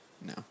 No